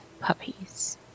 Puppies